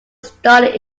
starred